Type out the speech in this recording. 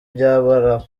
by’abarabu